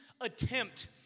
attempt